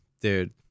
Dude